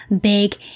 big